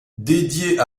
dédiée